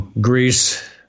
Greece